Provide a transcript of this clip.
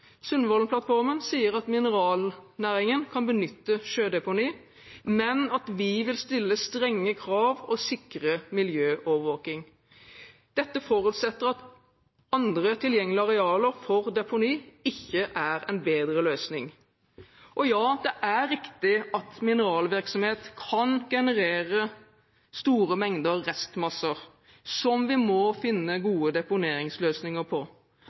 sier at mineralnæringen kan benytte sjødeponi, men at vi vil stille strenge krav og sikre miljøovervåking. Dette forutsetter at andre tilgjengelige arealer for deponi ikke er en bedre løsning. Ja, det er riktig at mineralvirksomhet kan generere store mengder restmasser, som vi må finne gode deponeringsløsninger